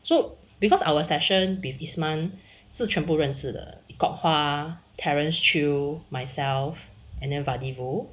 so because our session with isman 是全部认识的 kok hua terrace choo myself and vadi voo